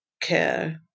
care